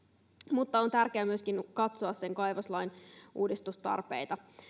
mutta on tärkeää myöskin katsoa kaivoslain uudistustarpeita